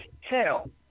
hell